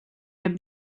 hem